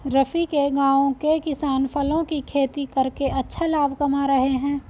रफी के गांव के किसान फलों की खेती करके अच्छा लाभ कमा रहे हैं